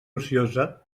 ociosa